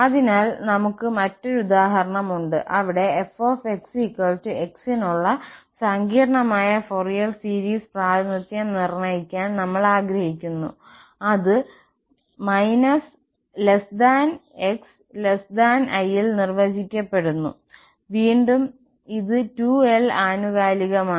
അതിനാൽ ഞങ്ങൾക്ക് മറ്റൊരു ഉദാഹരണം ഉണ്ട് അവിടെ f x നുള്ള സങ്കീർണ്ണമായ ഫോറിയർ ശ്രേണി പ്രാതിനിധ്യം നിർണ്ണയിക്കാൻ നമ്മൾ ആഗ്രഹിക്കുന്നു അത് l x l ൽ നിർവചിക്കപ്പെടുന്നു വീണ്ടും ഇത് 2l ആനുകാലികമാണ്